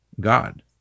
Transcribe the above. God